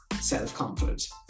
self-confidence